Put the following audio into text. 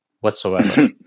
whatsoever